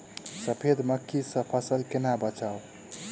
सफेद मक्खी सँ फसल केना बचाऊ?